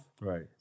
Right